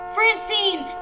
Francine